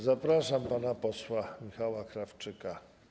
Zapraszam pana posła Michała Krawczyka.